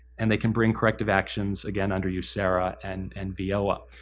and they can bring corrective actions again under userra and and veoa.